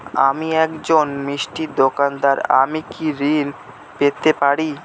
আমি একজন মিষ্টির দোকাদার আমি কি ঋণ পেতে পারি?